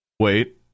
Wait